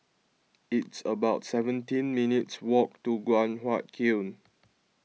it's about seventeen minutes' walk to Guan Huat Kiln